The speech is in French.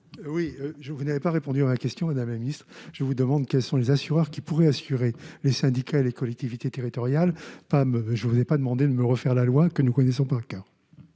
Oui, je vous n'avez pas répondu à la question est de la même histoire : je vous demande quels sont les assureurs qui pourrait assurer les syndicats et les collectivités territoriales, femme, je ne vous ai pas demandé de me refaire la loi que nous connaissons par coeur.